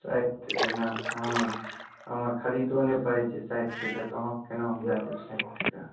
साठि टके ने हमर खरीदो नहि पड़ैत छै साठि टके तऽ अहाँकेँ केना हम दै देब साठि टके